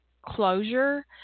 Closure